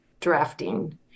drafting